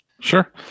Sure